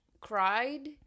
cried